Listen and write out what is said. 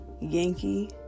Yankee